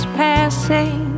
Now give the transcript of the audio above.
passing